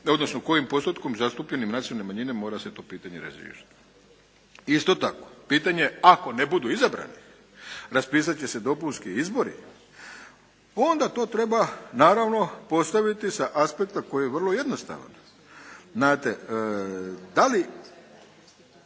odnosno kojim postotkom zastupljene nacionalne manjine mora se to pitanje razriješiti. Isto tako pitanje ako ne budu izabrani, raspisati će se dopunski izbori onda to treba postaviti sa aspekta koji je vrlo jednostavan. Znate da li